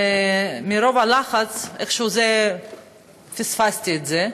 מרוב לחץ איכשהו פספסתי את זה.